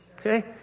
okay